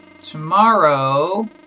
Tomorrow